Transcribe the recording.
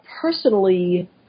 personally